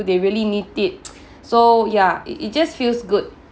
they really need it so ya it it just feels good